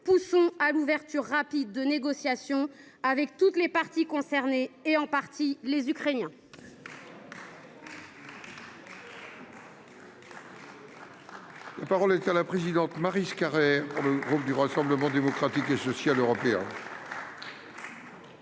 Poussons à l’ouverture rapide de négociations avec toutes les parties concernées et, en particulier, les Ukrainiens